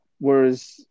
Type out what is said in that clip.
Whereas